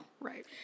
Right